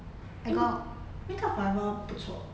eh 那个 primer 不错